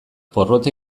porrot